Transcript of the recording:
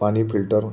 पाणी फिल्टर